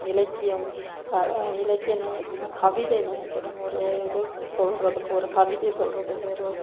இலக்கியம் க இலக்கிய நயத்துடன் கவிதை நயத்துடன் ஒரு இது சொல்கிறதுக்கு ஒரு கவிதை சொல்கிறதுக்கு ஒரு